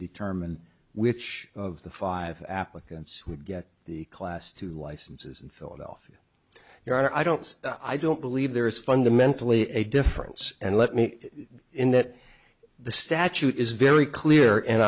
determine which of the five applicants who get the class to licenses in philadelphia your honor i don't i don't believe there is fundamentally a difference and let me in that the statute is very clear